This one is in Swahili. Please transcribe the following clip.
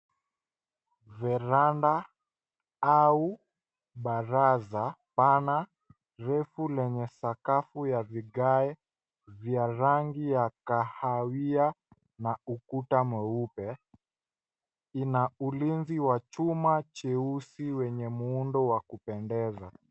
Veranda au baraza pana refu lenye sakafu ya vigae vya rangi ya kahawia, na ukuta mweupe. Ina ulinzi wa chuma cheusi wenye muundo wa kupendeza.